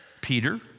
Peter